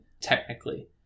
technically